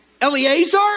Eleazar